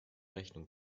rechnung